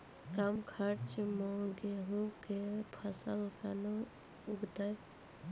कम खर्च मे गेहूँ का फसल कैसे उगाएं?